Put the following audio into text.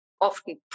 often